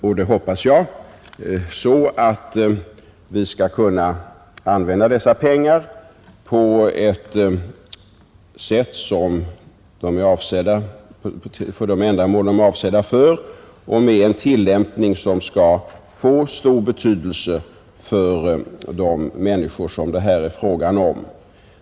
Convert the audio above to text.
Jag hoppas att vi skall kunna använda dessa pengar för de ändamål de är avsedda och med en tillämpning som skall få stor betydelse för de människor som det här är frågan om.